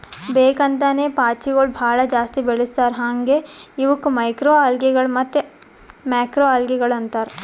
ಬೇಕ್ ಅಂತೇನೆ ಪಾಚಿಗೊಳ್ ಭಾಳ ಜಾಸ್ತಿ ಬೆಳಸ್ತಾರ್ ಹಾಂಗೆ ಇವುಕ್ ಮೈಕ್ರೊಅಲ್ಗೇಗಳ ಮತ್ತ್ ಮ್ಯಾಕ್ರೋಲ್ಗೆಗಳು ಅಂತಾರ್